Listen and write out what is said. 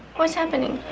what's happening?